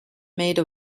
made